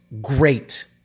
great